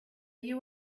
you